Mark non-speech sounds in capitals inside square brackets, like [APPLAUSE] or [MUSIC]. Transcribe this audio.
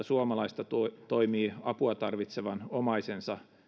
[UNINTELLIGIBLE] suomalaista toimii apua tarvitsevan omaisensa